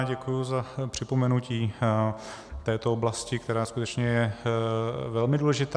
Děkuji ze připomenutí této oblasti, která je skutečně velmi důležitá.